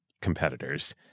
competitors